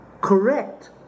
correct